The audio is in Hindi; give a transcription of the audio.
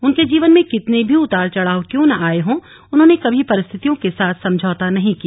उनके जीवन में कितने भी उतार चढ़ाव क्यों न आए हों उन्होंने कभी परिस्थितियों के साथ समझौता नहीं किया